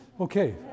Okay